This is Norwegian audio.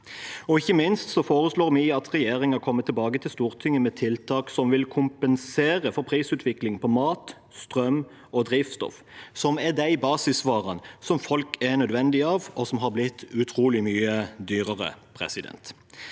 Ikke minst foreslår vi at regjeringen kommer tilbake til Stortinget med tiltak som vil kompensere for prisutvikling på mat, strøm og drivstoff, som er de basisvarene folk er avhengig av, og som har blitt utrolig mye dyrere. Derfor